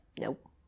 nope